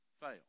fail